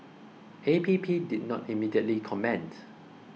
A P P did not immediately comment